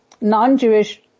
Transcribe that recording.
non-Jewish